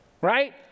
Right